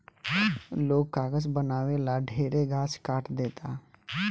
लोग कागज बनावे ला ढेरे गाछ काट देता